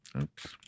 oops